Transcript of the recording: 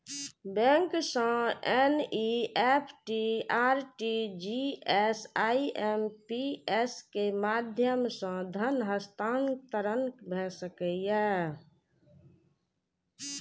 bank सं NEFT, RTGS, IMPS के माध्यम सं धन हस्तांतरण भए सकैए